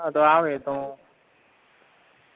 હા તો આવે એ તો